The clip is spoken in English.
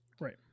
Right